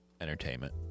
entertainment